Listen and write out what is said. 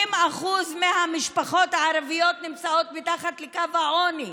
50% מהמשפחות הערביות נמצאות מתחת לקו העוני,